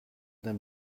d’un